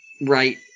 right